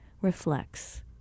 reflects